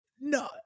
No